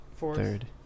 Third